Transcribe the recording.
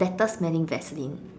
better smelling Vaseline